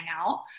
out